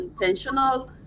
intentional